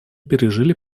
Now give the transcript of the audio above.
пережили